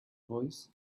voice